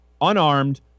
Unarmed